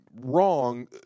wrong